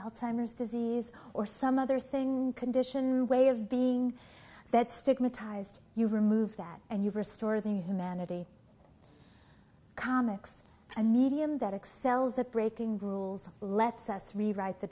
alzheimer's disease or some other thing condition way of being that stigmatized you remove that and you restore the humanity comics a medium that excels at breaking rules lets us rewrite the